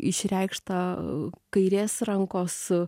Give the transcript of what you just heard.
išreikštą kairės rankos